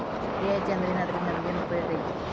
ರಿಯಾಯಿತಿ ಅಂದ್ರೇನು ಅದ್ರಿಂದಾ ನಮಗೆನ್ ಉಪಯೊಗೈತಿ?